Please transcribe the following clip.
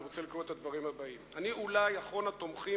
אני רוצה לקרוא את הדברים הבאים: "אני אולי אחרון התומכים